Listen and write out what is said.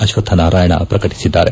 ಅಶ್ವತ್ತನಾರಾಯಣ ಪ್ರಕಟಿಸಿದ್ದಾರೆ